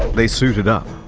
they suited up!